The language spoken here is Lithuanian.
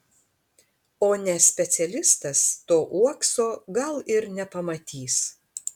o ne specialistas to uokso gal ir nepamatys